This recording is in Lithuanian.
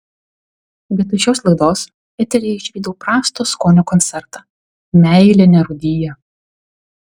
vietoj šios laidos eteryje išvydau prasto skonio koncertą meilė nerūdija